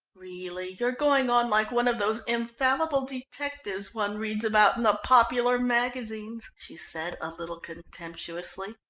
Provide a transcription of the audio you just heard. really, you're going on like one of those infallible detectives one reads about in the popular magazines, she said a little contemptuously.